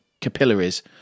capillaries